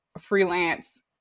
freelance